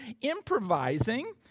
Improvising